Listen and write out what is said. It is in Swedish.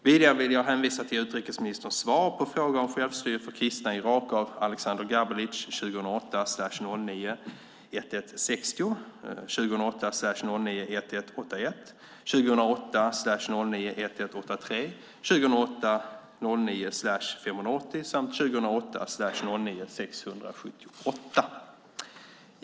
Vidare vill jag hänvisa till utrikesministerns svar på frågor om självstyre för kristna i Irak av Aleksander Gabelic .